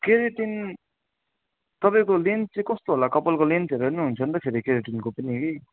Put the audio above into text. keratin तपाईँको length चाहिँ कस्तो होला कपालको लेन्थ हेरेर नि हुन्छ नि त फेरि केरेटिनको पनि कि